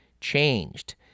changed